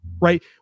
right